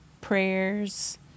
prayers